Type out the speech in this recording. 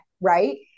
Right